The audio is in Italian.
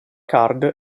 card